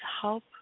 help